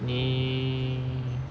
你